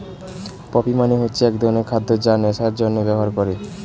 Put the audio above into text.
poppy মানে হচ্ছে এক ধরনের খাদ্য যা নেশার জন্যে ব্যবহার করে